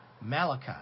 Malachi